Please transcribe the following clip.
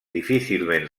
difícilment